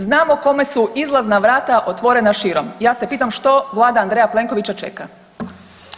Znamo kome su izlazna vrata otvorena širom, ja se pitam što vlada Andreja Plenkovića čeka.